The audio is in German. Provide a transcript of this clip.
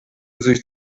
sich